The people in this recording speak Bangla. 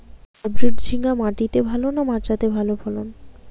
হাইব্রিড ঝিঙ্গা মাটিতে ভালো না মাচাতে ভালো ফলন?